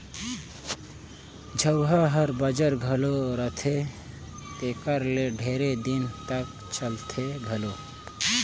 झउहा हर बंजर घलो रहथे तेकर ले ढेरे दिन तक चलथे घलो